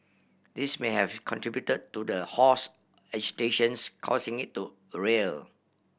this may have contribute to the horse agitations causing it to a rear